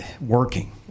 working